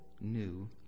new